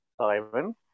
Simon